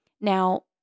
Now